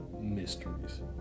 Mysteries